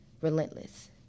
relentless